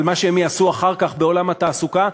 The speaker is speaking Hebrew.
על מה שהם יעשו אחר כך בעולם התעסוקה,